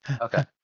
Okay